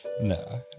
No